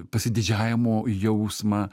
pasididžiavimo jausmą